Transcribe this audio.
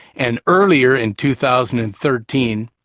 and earlier in two thousand and thirteen,